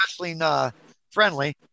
wrestling-friendly